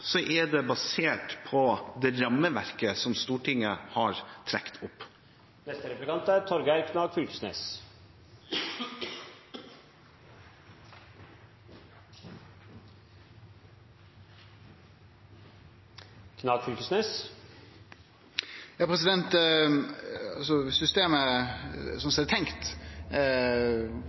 er det basert på det rammeverket som Stortinget har trukket opp. Systemet slik det er